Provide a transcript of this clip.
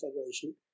Federation